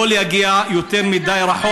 לא להגיע יותר מדי רחוק.